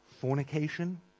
Fornication